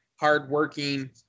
hardworking